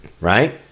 Right